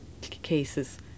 cases